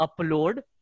Upload